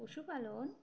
পশুপালন